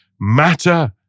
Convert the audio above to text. matter